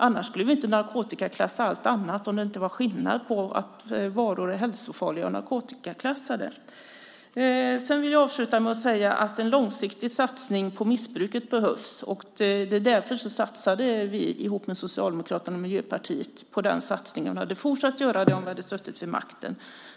Annars skulle vi inte narkotikaklassa allt annat, om det inte var skillnad mellan att varor är hälsofarliga och narkotikaklassade. Sedan vill jag avsluta med att säga att det behövs en långsiktig satsning mot missbruket. Därför gjorde vi en satsning ihop med Socialdemokraterna och Miljöpartiet, och vi hade fortsatt att göra det om vi hade suttit vid makten.